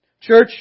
Church